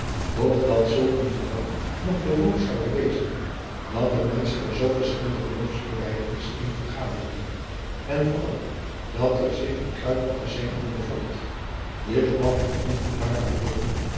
dat zulk een gebouw nog bewoond zoude wezen dat er menschen van zoo verschillende geloofsbelijdenis in vergaderden en vooral dat er zich een kruidmagazijn in bevond dit kwam hem onverklaarbaar voor